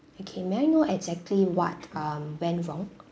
okay may I know exactly what um went wrong